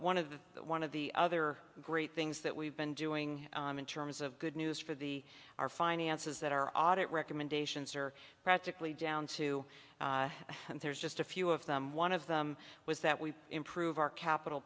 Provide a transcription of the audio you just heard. one of the one of the other great things that we've been doing in terms of good news for the our finances that our audit recommendations are practically down to and there's just a few of them one of them was that we improve our capital